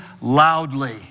loudly